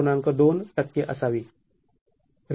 २ टक्के असावी